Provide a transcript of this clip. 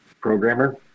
programmer